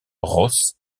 ross